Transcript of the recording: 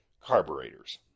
carburetors